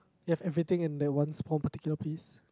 you have everything in the one small particular place